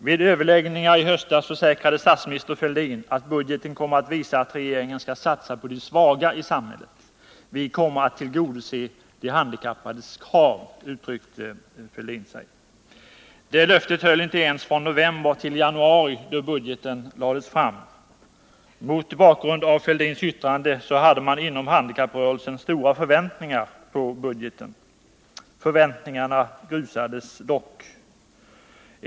Vid överläggningen i höstas försäkrade statsminister Fälldin att ”budgeten kommer att visa att regeringen skall satsa på de svaga i samhället — vi kommer att tillgodose de handikappades krav”. Det löftet höll inte ens från november till januari, då budgeten lades fram. Mot bakgrund av Fälldins yttrande hade man inom handikapprörelsen stora förväntningar på budgeten. Förväntningarna grusades dock.